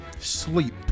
Sleep